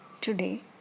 today